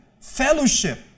fellowship